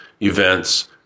events